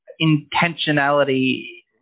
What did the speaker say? intentionality